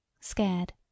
scared